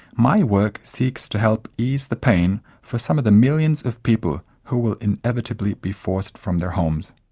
my work seeks to help ease the pain for some of the millions of people who will inevitably be forced from their homes.